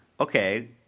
Okay